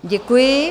Děkuji.